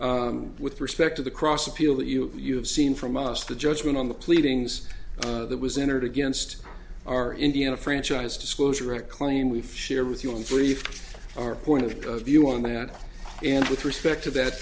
appeal with respect to the cross appeal that you you've seen from us the judgment on the pleadings that was entered against our indiana franchise disclosure it claim we fear with you and three our point of view on that and with respect to that